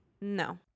No